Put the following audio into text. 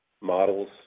models